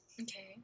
okay